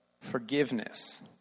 Forgiveness